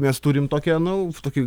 mes turim tokią nu tokį